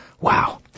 Wow